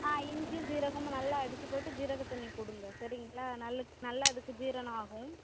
ஆ இஞ்சியும் சீரகமும் நல்லா அடித்து போட்டு சீரக தண்ணி கொடுங்க சரிங்களா நல்லா நல்லா அதுக்கு ஜீரணம் ஆகும்